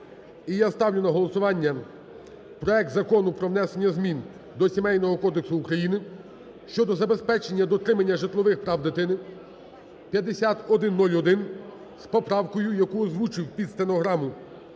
я ставлю на голосування проект Закону про внесення змін до Сімейного кодексу України щодо забезпечення дотримання житлових прав дитини, 5101, з поправкою, яку озвучив під стенограму